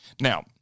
Now